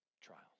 trials